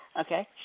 Okay